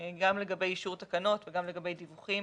גם לגבי אישור תקנות וגם לגבי דיווחים